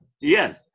Yes